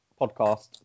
podcast